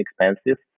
expensive